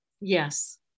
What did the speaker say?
Yes